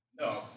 No